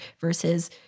versus